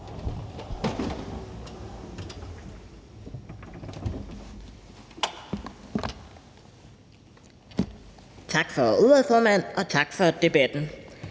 Tak for ordet, formand, og tak for debatten.